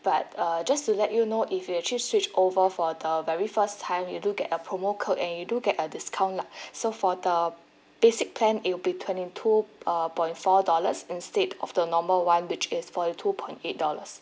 but err just to let you know if you actually switch over for the very first time you do get a promo code and you do get a discount lah so for the basic plan it will be twenty two uh point four dollars instead of the normal [one] which is forty two point eight dollars